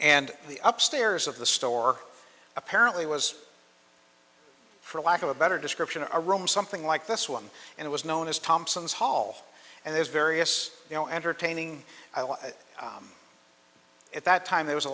and the up stairs of the store apparently was for lack of a better description of a room something like this one and it was known as thompson's hall and there's various you know entertaining i lived at that time there was a